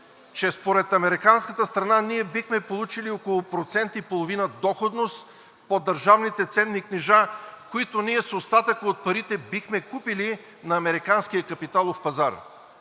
че според американската страна ние бихме получили около 1,5% доходност по държавните ценни книжа, които ние с остатъка от парите бихме купили на американския капиталов пазар.